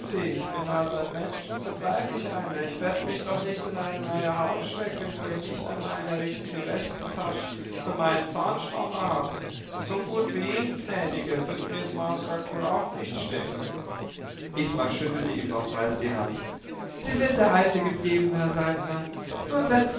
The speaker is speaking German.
ich bin halt ein mensch und so bleib ich einer ich werd mich doch nicht in eine neue haut stecken wo ich nicht einmal eine richtige westentasch für meinen zahnstocher hab und so gut wie ihnen gnädige würd mir's marsröckel auch nicht stehn isma schüttelte ihm nochmals die hand sie sind der alte geblieben herr saltner nun